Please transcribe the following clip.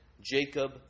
Jacob